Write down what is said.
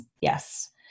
Yes